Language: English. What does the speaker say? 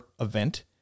event